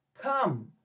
Come